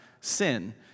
sin